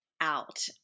Out